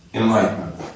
enlightenment